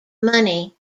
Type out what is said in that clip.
money